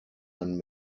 van